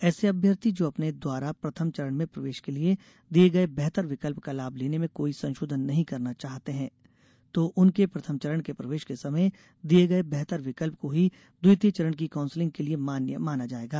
ऐसे अभ्यर्थी जो अपने द्वारा प्रथम चरण में प्रवेश के लिये दिये गये बेहतर विकल्प का लाभ लेने में कोई संशोधन नहीं करना चाहते है तो उनके प्रथम चरण के प्रवेश के समय दिये गये बेहतर विकल्प को ही द्वितीय चरण की काउंसलिंग के लिये मान्य माना जाएगा